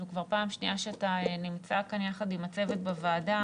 זו כבר הפעם השנייה שאתה נמצא כאן ביחד עם הצוות בוועדה,